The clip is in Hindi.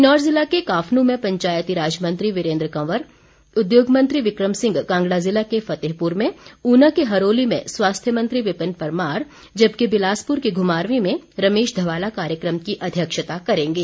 किन्नौर जिला के काफनू में पंचायती राज मंत्री वीरेन्द्र कंवर उद्योग मंत्री बिक्रम सिंह कांगड़ा जिला के फतेहप्र में उना के हरोली में स्वास्थ्य मंत्री विपिन परमार जबकि बिलासपुर के घुमारवी में रमेश धवाला कार्यक्षम की अध्यक्षता करेंगें